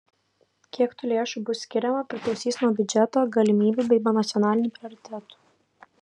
kiek tų lėšų bus skiriama priklausys nuo biudžeto galimybių bei nacionalinių prioritetų